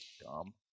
Dumb